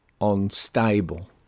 unstable